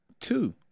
two